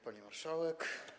Pani Marszałek!